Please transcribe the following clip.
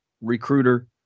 recruiter